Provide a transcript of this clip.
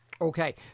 okay